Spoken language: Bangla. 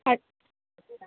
আছ